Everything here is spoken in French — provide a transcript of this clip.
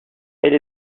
elle